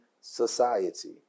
society